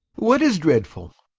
what is dreadful?